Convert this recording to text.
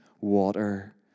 water